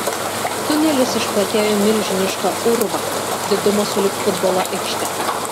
tunelis išplatėjo į milžinišką urvą didumo sulig futbolo aikšte